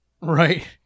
Right